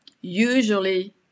usually